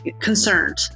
Concerned